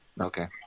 Okay